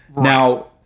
now